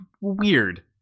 weird